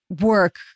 work